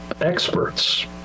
experts